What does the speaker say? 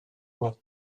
wort